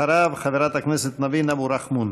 אחריו, חברת הכנסת ניבין אבו רחמון.